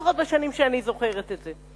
לפחות בשנים שאני זוכרת את זה.